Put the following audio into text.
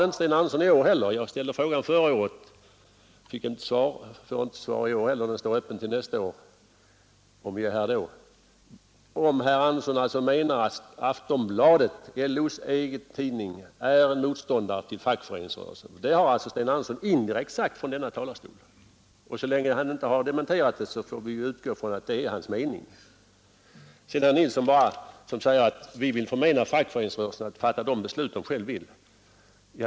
Herr Sten Andersson svarade inte heller i år på min fråga, en fråga som jag ställde även förra året utan att få svar. Den får väl stå öppen till nästa år, om vi är här då. Jag frågade om herr Sten Andersson menar att Aftonbladet, LO:s egen tidning, är motståndare till fackföreningsrörelsen. Det har herr Sten Andersson indirekt påstått från denna talarstol. Så länge han inte har dementerat det, får vi utgå från att det är hans mening. Herr Nilsson i Växjö säger att vi vill förmena fackföreningsrörelsen att fatta de beslut den själv vill.